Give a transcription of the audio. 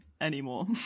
anymore